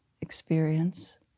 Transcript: experience